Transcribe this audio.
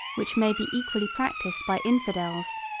which may be equally practised by infidels,